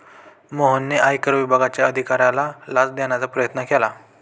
मोहनने आयकर विभागाच्या अधिकाऱ्याला लाच देण्याचा प्रयत्न केला